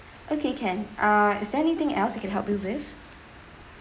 okay can uh is anything else I can help you with